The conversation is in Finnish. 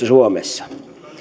suomessa